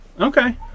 Okay